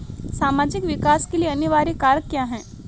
सामाजिक विकास के लिए अनिवार्य कारक क्या है?